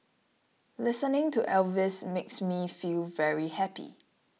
listening to Elvis makes me feel very happy